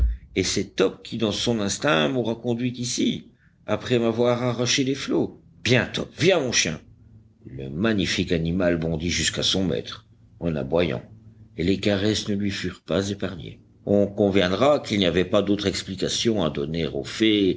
et c'est top qui dans son instinct m'aura conduit ici après m'avoir arraché des flots viens top viens mon chien le magnifique animal bondit jusqu'à son maître en aboyant et les caresses ne lui furent pas épargnées on conviendra qu'il n'y avait pas d'autre explication à donner